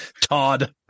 Todd